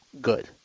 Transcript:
Good